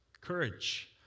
courage